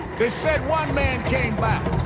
they said, one man came by